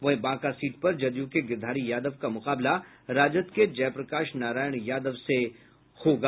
वहीं बांका सीट पर जदयू के गिरिधारी यादव का मुकाबला राजद के जय प्रकाश नारायण यादव से है